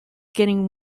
getting